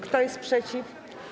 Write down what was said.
Kto jest przeciw?